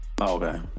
okay